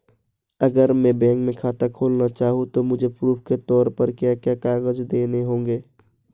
अगर मैं बैंक में खाता खुलाना चाहूं तो मुझे प्रूफ़ के तौर पर क्या क्या कागज़ देने होंगे?